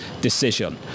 decision